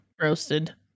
Roasted